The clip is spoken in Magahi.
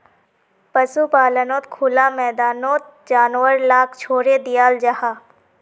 पशुपाल्नोत खुला मैदानोत जानवर लाक छोड़े दियाल जाहा